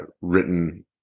written